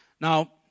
Now